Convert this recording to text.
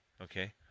Okay